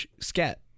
scat